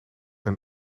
een